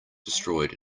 destroyed